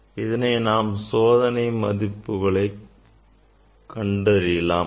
அடுத்து நாம் சோதனை மதிப்புகளை கண்டறியலாம்